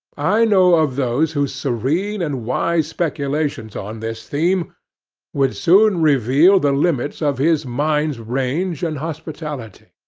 i know of those whose serene and wise speculations on this theme would soon reveal the limits of his mind's range and hospitality.